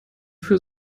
für